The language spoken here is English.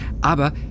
aber